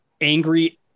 angry